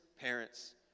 parents